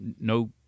no